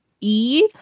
Eve